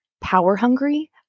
power-hungry